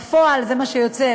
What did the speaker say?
בפועל זה מה שיוצא,